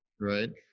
right